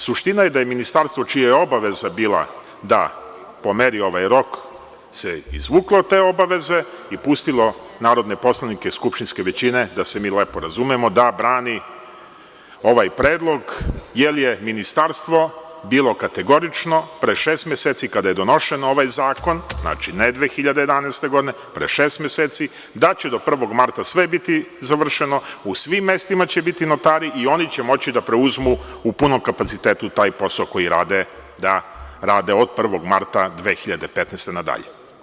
Suština je da je ministarstvo čija je obaveza bila da pomeri ovaj rok se izvuklo te obaveze i pustilo narodne poslanike skupštinske većine, da se mi lepo razumemo, da brani ovaj predlog jer je ministarstvo bilo kategorično pre šest meseci kada je donošen ovaj zakon, znači ne 2011. godine, pre šest meseci, da će do 1. marta sve biti završeno, u svim mestima će biti notari i oni će moći da preuzmu u punom kapacitetu taj posao koji rade da rade od 1. marta 2015. godine na dalje.